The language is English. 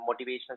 motivational